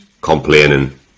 complaining